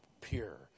pure